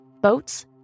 boats